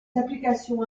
applications